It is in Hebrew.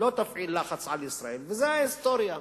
תפעיל לחץ על ישראל, וזו ההיסטוריה.